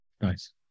Nice